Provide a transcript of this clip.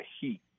heat